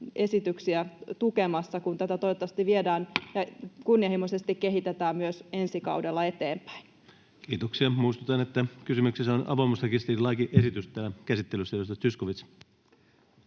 esityksiä tukemassa, kun tätä toivottavasti kunnianhimoisesti kehitetään myös ensi kaudella eteenpäin. Kiitoksia. Muistutan, että käsittelyssä on avoimuusrekisterilakiesitys. — Edustaja Zyskowicz.